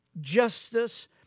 justice